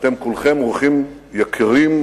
אתם כולכם אורחים יקירים,